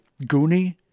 Goonie